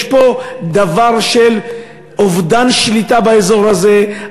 יש פה דבר של אובדן שליטה באזור הזה,